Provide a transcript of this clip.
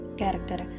character